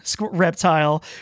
reptile